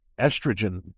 estrogen